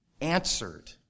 answered